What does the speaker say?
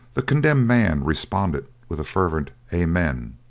the condemned man responded with a fervent amen,